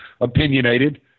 opinionated